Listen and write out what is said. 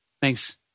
Thanks